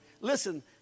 Listen